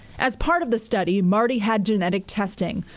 as part of the study, marty had genetic testing.